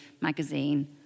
magazine